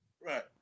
right